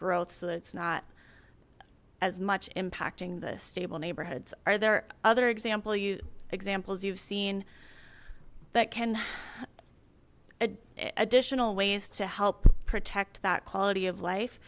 growth so it's not as much impacting the stable neighborhoods are there other example you examples you've seen that can add additional ways to help protect that quality of life